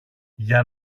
για